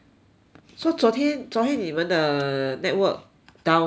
so 昨天昨天你们的 network down for how long